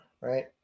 right